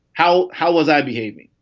how how was i behaving?